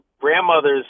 grandmothers